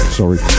sorry